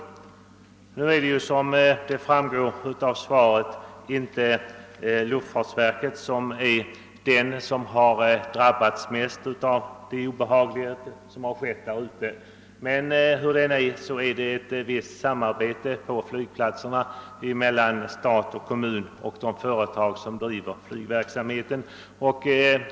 Såsom framgår av svaret är det inte i första hand luftfartsverkets verksamhetsområde som drabbats av det obehagliga som inträffat, men det äger ändå rum ett visst samarbete på flygplatserna mellan stat och kommun och de företag som driver flygverksamheten.